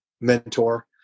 mentor